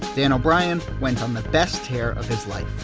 dan o'brien went on the best tear of his life